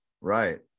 right